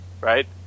right